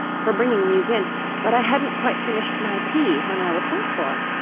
for bringing these in but i hadn't quite finished my tea when i was sent for